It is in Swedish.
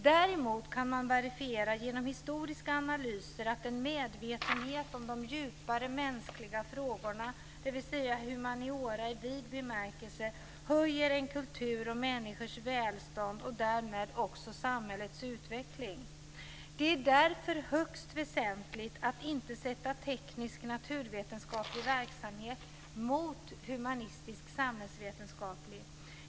Däremot kan man verifiera genom historiska analyser att en medvetenhet om de djupare mänskliga frågorna, dvs. humaniora i vid bemärkelse, höjer en kultur och människors välstånd och därmed också bidrar till samhällets utveckling. Det är därför högst väsentligt att inte sätta teknisknaturvetenskaplig verksamhet mot humanistisksamhällsvetenskaplig.